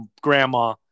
grandma